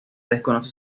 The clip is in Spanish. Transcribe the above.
desconoce